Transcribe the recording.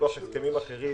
מכוח הסכמים אחרים